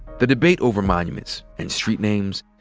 the debate over monuments, and street names,